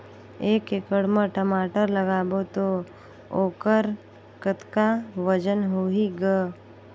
एक एकड़ म टमाटर लगाबो तो ओकर कतका वजन होही ग?